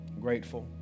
Grateful